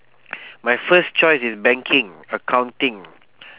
my first choice is banking accounting